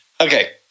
Okay